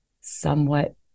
somewhat